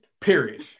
Period